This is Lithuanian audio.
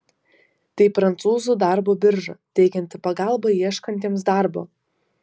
tai prancūzų darbo birža teikianti pagalbą ieškantiems darbo